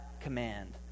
command